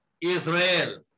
Israel